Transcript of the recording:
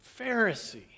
Pharisee